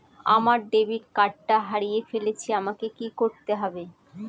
আমার ডেবিট কার্ডটা হারিয়ে ফেলেছি আমাকে কি করতে হবে?